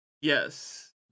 Yes